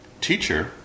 teacher